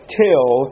till